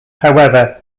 however